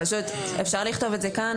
אפשר לכתוב את זה כאן,